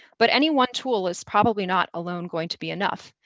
but any one tool is probably not alone going to be enough.